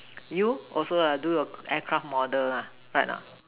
you also lah do your aircraft model lah right or not